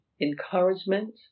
encouragement